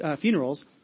funerals